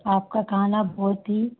आपका खाना बहुत ही